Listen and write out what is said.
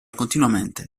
continuamente